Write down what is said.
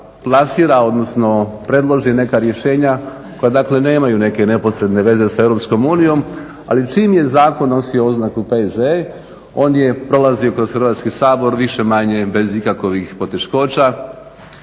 lansira, odnosno predloži neka rješenja koja, dakle nemaju neke neposredne veze sa Europskom unijom. Ali čim je zakon nosio oznaku P.Z. on je prolazio kroz Hrvatski sabor više-manje bez ikakovih poteškoća